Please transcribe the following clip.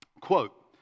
Quote